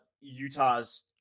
Utah's